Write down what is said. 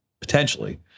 potentially